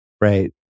Right